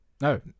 No